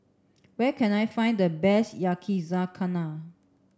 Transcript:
where can I find the best Yakizakana